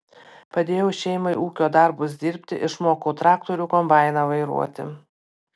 padėjau šeimai ūkio darbus dirbti išmokau traktorių kombainą vairuoti